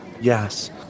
yes